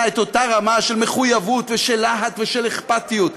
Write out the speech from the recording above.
את אותה רמה של מחויבות ושל להט ושל אכפתיות.